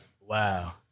Wow